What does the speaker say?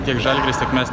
tiek žalgiris tiek mes